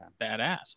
badass